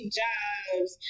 jobs